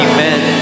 Amen